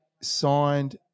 signed